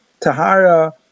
tahara